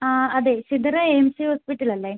ആ അതെ Chithara A M M hospital അല്ലേ